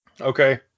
Okay